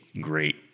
great